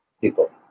people